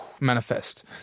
manifest